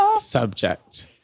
Subject